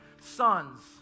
sons